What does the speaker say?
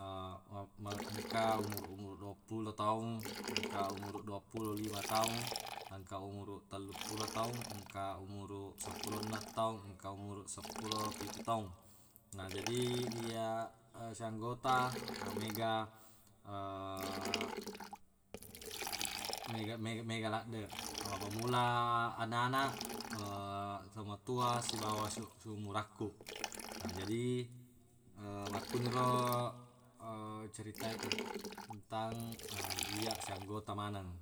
ma- engka umuruq-umuruq duappulo taung, engka umuruq duappulo lima taung, engka umuruq telluppulo taung, engka umuruq seppulo enneng taung, engka umuruq seppulo pitu taung. Na jadi iyya sianggota mega mega- me- mega laddeq. Mappammula ananaq tomatuwa, sibawa siu- siumurakku. Na jadi makkuniro ceritae ten- tentang iyya sianggota maneng.